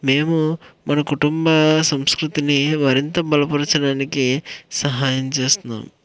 మేము మన కుటుంబ సంస్కృతిని మరింత బలపరచడానికి సహాయం చేస్తాం